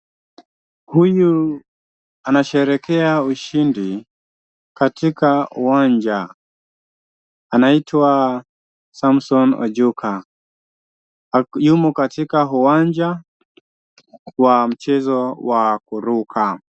Huyu anasherehekea ushindi katika uwanja. Anaitwa Samson Ojuka. Yumo katika uwanja wa mchezo wa kuruka.